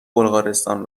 بلغارستان